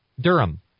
Durham